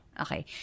Okay